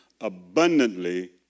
abundantly